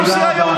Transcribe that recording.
תודה.